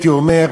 הייתי אומר,